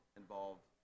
involved